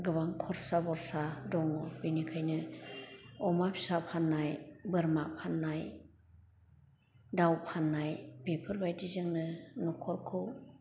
गोबां खरसा बरसा दङ बिनिखायनो अमा फिसा फान्नाय बोरमा फान्नाय दाउ फान्नाय बेफोरबायदिजोंनो नखरखौ